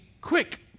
quick